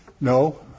no